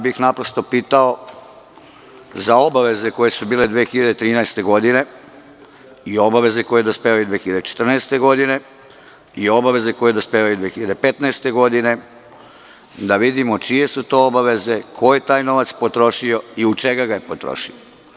Pitao bih za obaveze koje su bile 2013. godine i obaveze koje dospevaju 2014. godine i obaveze koje dospevaju 2015. godine, da vidimo čije su to obaveze, ko je taj novac potrošio i u šta ga je potrošio.